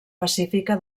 pacífica